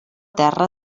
terra